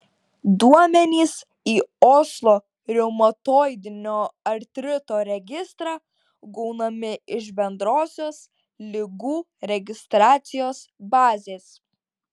duomenys į oslo reumatoidinio artrito registrą gaunami iš bendrosios ligų registracijos bazės